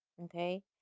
okay